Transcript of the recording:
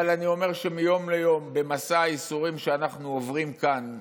אבל אני אומר שמיום ליום במסע הייסורים שאנחנו עוברים כאן,